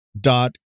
dot